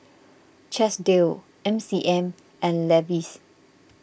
Chesdale M C M and Levi's